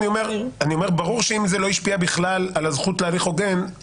אני אומר ברור שאם זה לא השפיע בכלל על הזכות להליך הוגן,